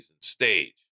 stage